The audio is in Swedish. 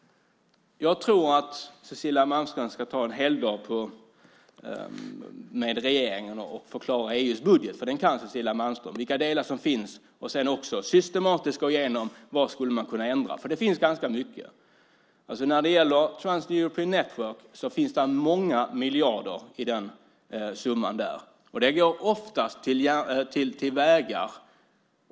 Cecilia Malmström borde ta en heldag med regeringen och förklara EU:s budget och de delar som finns där - för det kan Cecilia Malmström - och sedan systematiskt gå igenom vad man skulle kunna ändra på. Det finns nämligen ganska mycket sådant. När det exempelvis gäller Trans-European Networks finns där många miljarder som oftast går till vägar.